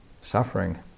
suffering